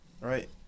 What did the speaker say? right